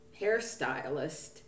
hairstylist